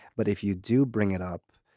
but if you do bring it up,